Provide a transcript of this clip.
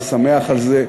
אני שמח על זה,